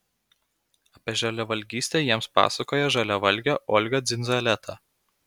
apie žaliavalgystę jiems pasakojo žaliavalgė olga dzindzaleta